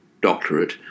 doctorate